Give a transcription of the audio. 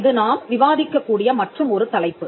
இது நாம் விவாதிக்கக் கூடிய மற்றும் ஒரு தலைப்பு